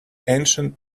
ancient